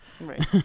Right